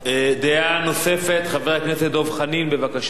דעה נוספת, חבר הכנסת דב חנין, בבקשה.